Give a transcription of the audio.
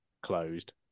closed